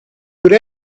with